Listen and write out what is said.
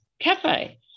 cafe